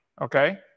okay